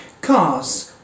Cars